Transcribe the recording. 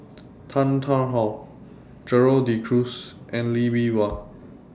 Tan Tarn How Gerald De Cruz and Lee Bee Wah